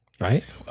right